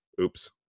Oops